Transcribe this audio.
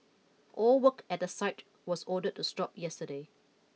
all work at the site was ordered to stop yesterday